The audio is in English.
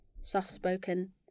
soft-spoken